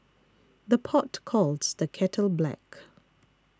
the pot calls the kettle black